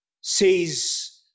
says